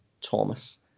Thomas